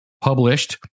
published